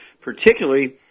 particularly